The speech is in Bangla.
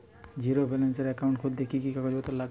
জীরো ব্যালেন্সের একাউন্ট খুলতে কি কি কাগজ লাগবে?